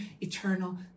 eternal